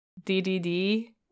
DDD